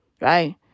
right